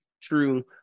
True